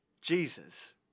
Jesus